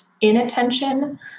inattention